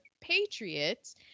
Patriots